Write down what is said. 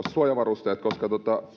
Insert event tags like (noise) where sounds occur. (unintelligible) suojavarusteet koska